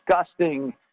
disgusting